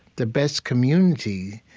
the best community,